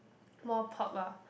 more pop ah